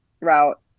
route